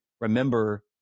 remember